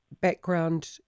background